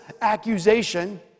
accusation